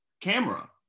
camera